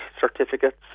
certificates